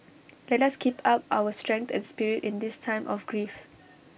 let us keep up our strength and spirit in this time of grief